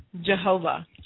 Jehovah